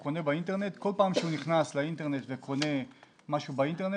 כל פעם כשהוא נכנס לאינטרנט וקונה משהו באינטרנט,